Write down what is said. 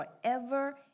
forever